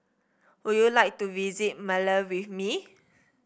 would you like to visit Male with me